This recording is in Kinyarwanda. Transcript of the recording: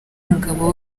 umugabo